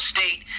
State